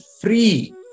free